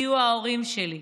בסיוע ההורים שלי,